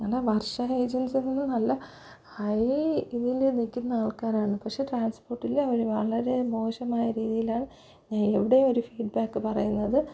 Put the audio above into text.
നല്ല വർഷാ ഏജൻസിയെന്നല്ല ഹൈ ഇതിൽ നിൽക്കുന്ന ആൾക്കാരാണ് പക്ഷെ ട്രാൻസ്പ്പോട്ടിൽ അവർ വളരെ മോശമായ രീതിയിലാണ് ഞാൻ എവിടെയോ ഒരു ഫീഡ് ബാക്ക് പറയുന്നത്